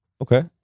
Okay